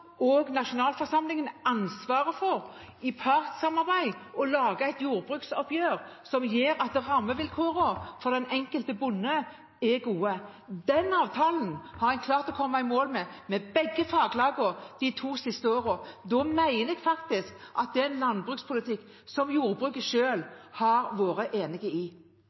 nasjonalforsamlingen ansvaret for, i partssamarbeid, å lage et jordbruksoppgjør som gjør at rammevilkårene for den enkelte bonde er gode. Den avtalen har en klart å komme i mål med, med begge faglagene, de to siste årene, og da mener jeg det er en landbrukspolitikk som jordbruket selv har vært enig i.